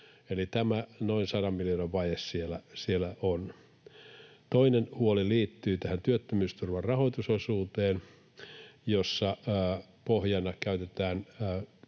Eli tämä noin 100 miljoonan vaje siellä on. Toinen huoli liittyy tähän työttömyysturvan rahoitusosuuteen, jossa pohjana käytetään